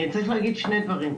צריך להגיד שני דברים.